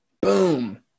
boom